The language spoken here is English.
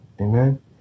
Amen